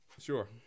Sure